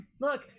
Look